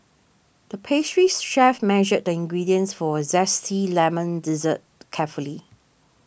the pastries chef measured the ingredients for a Zesty Lemon Dessert carefully